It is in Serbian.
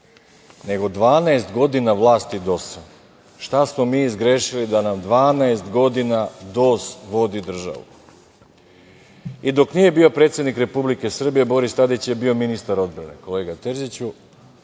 nego 12 godina vlasti DOS-a, šta smo mi zgrešili da nam 12 godina DOS vodi državu. I dok nije bio predsednik Republike Srbije, Boris Tadić je bio ministar odbrane, kolega Terziću,